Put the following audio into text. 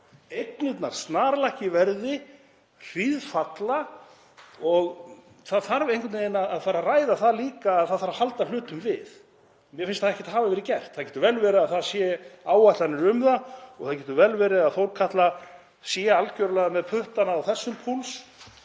Eignirnar snarlækka í verði, hríðfalla og það þarf einhvern veginn að fara að ræða það líka að það þarf að halda hlutum við. Mér finnst það ekkert hafa verið gert. Það getur vel verið að það séu áætlanir um það og það getur vel verið að Þórkatla sé algerlega með puttann á þessum púls